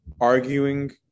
arguing